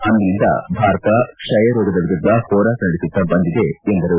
ಅಂದಿನಿಂದ ಭಾರತ ಕ್ಷಯರೋಗದ ವಿರುದ್ಧ ಹೋರಾಟ ನಡೆಸುತ್ತಾ ಬಂದಿದೆ ಎಂದರು